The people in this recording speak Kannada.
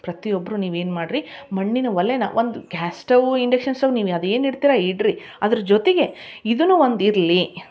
ಪ್ರತಿ ಒಬ್ಬರೂ ನೀವು ಏನು ಮಾಡಿರಿ ಮಣ್ಣಿನ ಒಲೇನ ಒಂದು ಗ್ಯಾಸ್ ಸ್ಟವು ಇಂಡೆಕ್ಷನ್ ಸ್ಟವ್ ನೀವು ಅದೇನು ಇಡ್ತೀರ ಇಡಿರಿ ಅದ್ರ ಜೊತೆಗೆ ಇದುನೂ ಒಂದು ಇರಲಿ